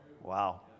wow